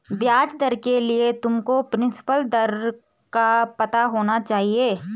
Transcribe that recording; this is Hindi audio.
ब्याज दर के लिए तुमको प्रिंसिपल दर का पता होना चाहिए